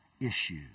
issues